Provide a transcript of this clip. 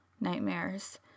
nightmares